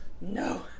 no